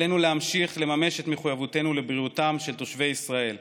עלינו להמשיך לממש את מחויבותנו לבריאותם של תושבי ישראל,